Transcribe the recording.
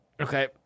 Okay